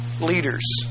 leaders